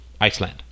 Iceland